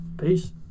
peace